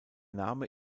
name